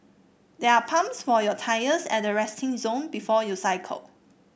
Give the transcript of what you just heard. there are pumps for your tyres at the resting zone before you cycle